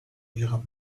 ihrem